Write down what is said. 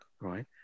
right